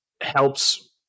helps